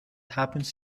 happens